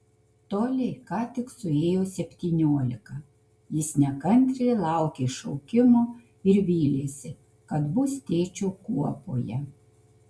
toliai ką tik suėjo septyniolika jis nekantriai laukė šaukimo ir vylėsi kad bus tėčio kuopoje